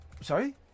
Sorry